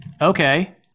okay